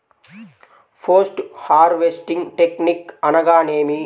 Post harvesting technique అనగా నేమి?